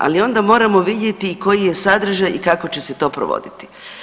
Ali onda moramo vidjeti i koji je sadržaj i kako će se to provoditi.